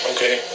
Okay